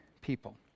people